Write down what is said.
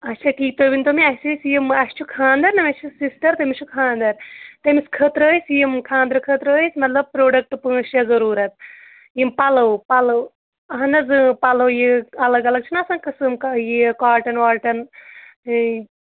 اچھا ٹھیٖک تُہۍ ؤنۍ تو مےٚ اَسہِ ٲسۍ یِم اَسہِ چھُ خاندَر نہ اَسہِ چھَ سِسٹَر تٔمِس چھُ خاندَر تٔمِس خٲطرٕ ٲسۍ یِم خاندرٕ خٲطرٕ ٲسۍ مطلب پرٛوڈَکٹ پانٛژھ شےٚ ضروٗرَت یِم پَلَو پَلو اہن حظ پَلَو یہِ الگ الگ چھِنہ آسان قٕسٕم کانٛہہ یہِ کاٹَن واٹَن